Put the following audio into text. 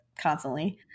constantly